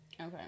Okay